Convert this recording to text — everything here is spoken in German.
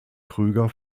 krüger